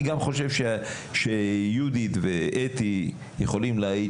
אני גם חושב שיהודית ואתי יכולות להעיד